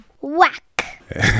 Whack